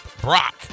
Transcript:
brock